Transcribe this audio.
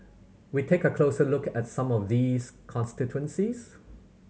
we take a closer look at some of these constituencies